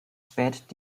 spät